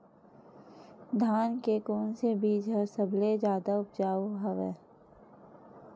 धान के कोन से बीज ह सबले जादा ऊपजाऊ हवय?